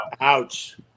Ouch